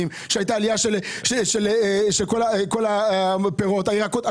שהייתה עלייה של כל הפירות והירקות.